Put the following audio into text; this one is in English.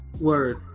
Word